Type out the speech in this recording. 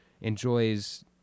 enjoys